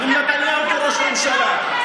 עברתי כמה, עם נתניהו כראש ממשלה.